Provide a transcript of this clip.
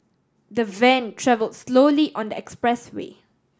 the van travelled slowly on the expressway